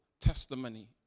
testimony